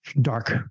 dark